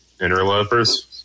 interlopers